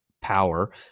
power